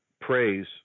praise